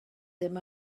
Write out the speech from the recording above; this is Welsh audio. ddim